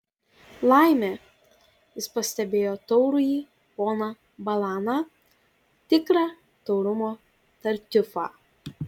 laimė jis pastebėjo taurųjį poną balaną tikrą taurumo tartiufą